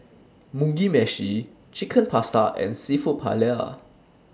Mugi Meshi Chicken Pasta and Seafood Paella